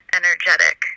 energetic